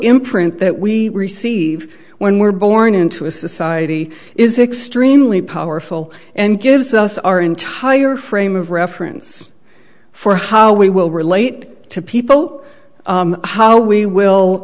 imprint that we receive when we're born into a society is externally powerful and gives us our entire frame of reference for how we will relate to people how we will